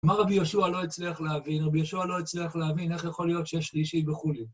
מה רבי יהושע לא הצליח להבין? רבי יהושע לא הצליח להבין איך יכול להיות שיש שלישי בחולין.